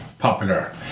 popular